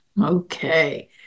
Okay